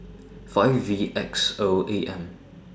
five V X O A M